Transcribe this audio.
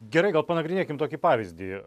gerai gal panagrinėkim tokį pavyzdį